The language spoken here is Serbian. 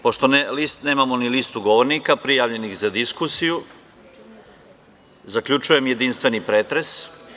Pošto nemamo ni listu govornika prijavljenih za diskusiju, zaključujem jedinstveni pretres.